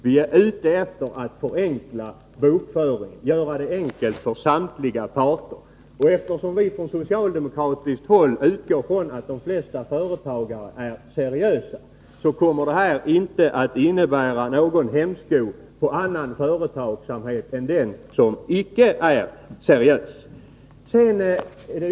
Vi vill förenkla bokföringen och underlätta för samtliga parter. Vi utgår på socialdemokratiskt håll från att de flesta företagare är seriösa och menar att denna ordning inte kommer att innebära någon hämsko för annan företagsamhet än den som icke är seriös.